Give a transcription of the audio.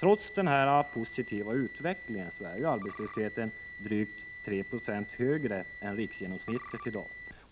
Trots denna positiva utveckling är arbetslösheten drygt 3 20 högre än riksgenomsnittet.